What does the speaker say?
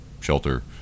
shelter